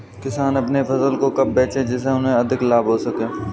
किसान अपनी फसल को कब बेचे जिसे उन्हें अधिक लाभ हो सके?